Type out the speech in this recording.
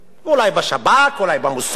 אולי בשב"כ, אולי במוסד,